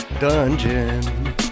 dungeon